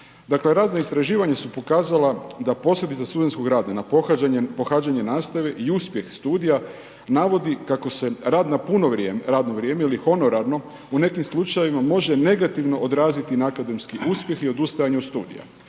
razna istraživanja su pokazala da posljedice studentskog rada na pohađanje, na pohađanje nastave i uspjeh studija navodi kako se rad na puno radno vrijeme ili honorarno u nekim slučajevima može negativno odraziti na akademski uspjeh i odustajanje od studija.